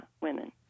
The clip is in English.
women